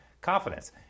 confidence